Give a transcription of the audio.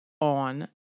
on